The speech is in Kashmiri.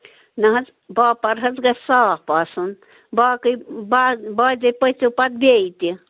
نہ حَظ باپار حَظ گژھِ صاف آسُن باقے بعضے پٔژھٮ۪و پتہٕ بیٚیہِ تہِ